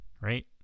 right